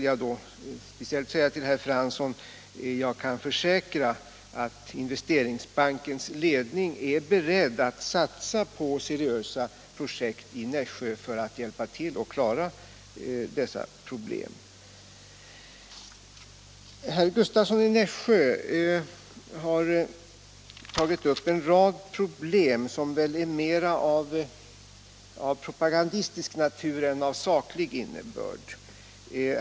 Jag kan också försäkra herr Fransson — inom Nässjö att Investeringsbankens ledning är beredd att satsa på seriösa projekt = kommun i Nässjö för att hjälpa till att klara dessa problem. Herr Gustavsson i Nässjö har tagit upp en rad frågor som väl mera är av propagandistisk än saklig natur.